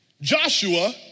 Joshua